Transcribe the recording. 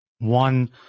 One